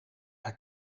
daar